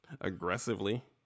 aggressively